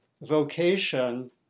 vocation